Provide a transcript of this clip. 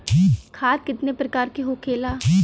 खाद कितने प्रकार के होखेला?